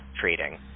trading